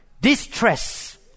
distress